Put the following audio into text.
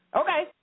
Okay